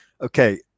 Okay